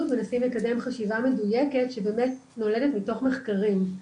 מנסים לקדם חשיבה מדוייקת שנולדת מתוך מחקרים.